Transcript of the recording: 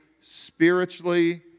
spiritually